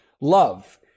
love